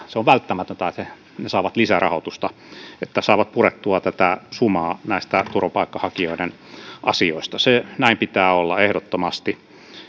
se on välttämätöntä että hallintotuomioistuimet saavat lisärahoitusta jotta ne saavat purettua sumaa näistä turvapaikanhakijoiden asioista näin sen pitää olla ehdottomasti